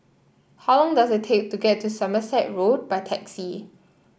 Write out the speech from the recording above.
how long does it take to get to Somerset Road by taxi